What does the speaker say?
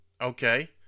Okay